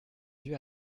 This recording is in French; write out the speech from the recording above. due